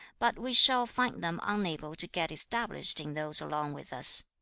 but we shall find them unable to get established in those along with us.